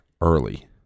early